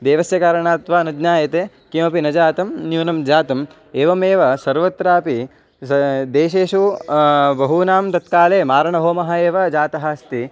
देवस्य कारणात् वा न ज्ञायते किमपि न जातं न्यूनं जातम् एवमेव सर्वत्रापि देशेषु बहूनां तत्काले मारणहोमः एव जातः अस्ति